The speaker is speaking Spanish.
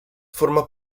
forma